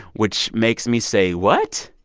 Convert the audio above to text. which makes me say what?